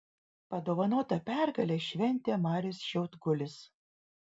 padovanotą pergalę šventė marius šiaudkulis